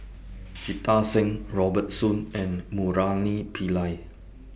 Jita Singh Robert Soon and Murali Pillai